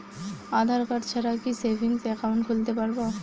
আধারকার্ড ছাড়া কি savings account খুলতে পারব?